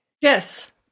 Yes